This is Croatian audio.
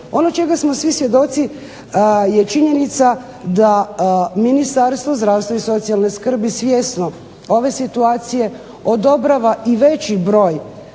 Ono čega smo svi svjedoci je činjenica da Ministarstvo zdravstva i socijalne skrbi svjesno ove situacije odobrava i veći broj